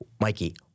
Mikey